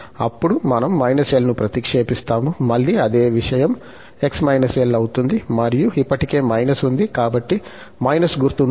అప్పుడు మనం − l ను ప్రతిక్షేపిస్తాము మళ్ళీ అదే విషయం x −l అవుతుంది మరియు ఇప్పటికే ఉంది కాబట్టి గుర్తు ఉంటుంది